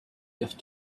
left